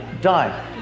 die